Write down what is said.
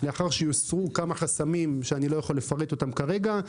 לאחר שיוסרו כמה חסמים שאני לא יכול לפרט אותם כרגע,